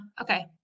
okay